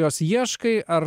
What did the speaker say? jos ieškai ar